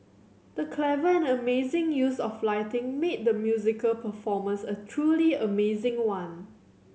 the clever and amazing use of lighting made the musical performance a truly amazing one